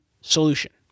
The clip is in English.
solution